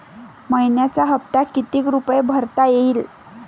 मइन्याचा हप्ता कितीक रुपये भरता येईल?